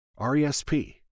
RESP